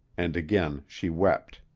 and again she wept.